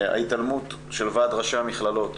ההתעלמות של ועד ראשי המכללות